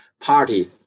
party